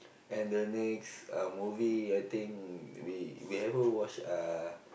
and the next uh movie I think we we haven't watch uh